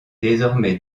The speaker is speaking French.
désormais